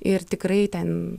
ir tikrai ten